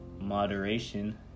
moderation